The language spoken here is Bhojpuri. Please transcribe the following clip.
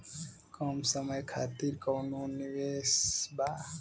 कम समय खातिर कौनो निवेश बा?